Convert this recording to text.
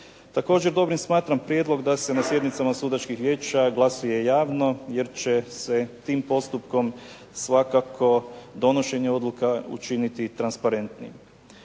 Također dobrim smatram prijedlog da se na sjednicama sudačkih vijeća glasuje javno jer će se tim postupkom svakako donošenje odluka učiniti transparentnim.